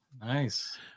Nice